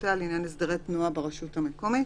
וסמכויותיה לעניין הסדרי תנועה ברשות המקומית".